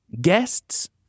guests